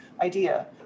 idea